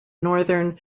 northern